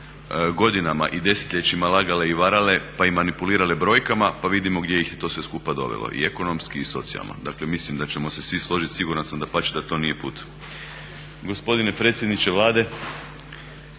godinama i desetljećima lagale i varale pa i manipulirale brojkama pa vidimo gdje ih je to sve skupa dovelo i ekonomski i socijalno. Dakle mislim da ćemo se svi složiti, siguran sam dapače da to nije put.